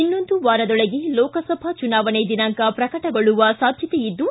ಇನ್ನೊಂದು ವಾರದೊಳಗೆ ಲೋಕಸಭಾ ಚುನಾವಣೆ ದಿನಾಂಕ ಪ್ರಕಟಗೊಳ್ಳುವ ಸಾಧ್ಯತೆಯಿದ್ದು